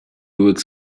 works